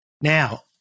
Now